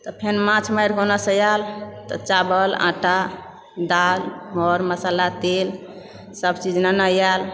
तऽ फेन माछ मारिके ओनएसँ आयल तऽ चावल आटा दालि मर मसाला तेलसभ चीज लेने आयल